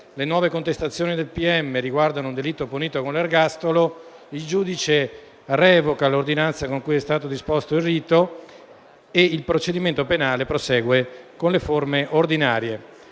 le nuove contestazioni del pubblico ministero riguardano un delitto punito con l'ergastolo il giudice revoca l'ordinanza con cui è stato disposto il rito e il procedimento penale prosegue con le forme ordinarie.